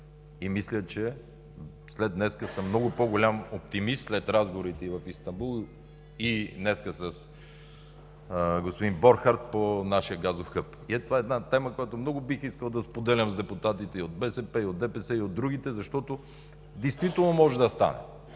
и мисля, че след днес съм много по-голям оптимист, след разговорите и в Истанбул, и днес – с господин Борхард, по нашия газов хъб. Това е една тема, която много бих искал да споделям с депутатите и от БСП, и от ДПС, и от другите, защото действително може да стане.